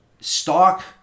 stock